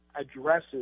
addresses